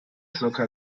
zirka